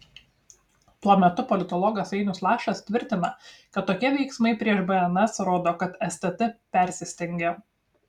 tuo metu politologas ainius lašas tvirtina kad tokie veiksmai prieš bns rodo kad stt persistengė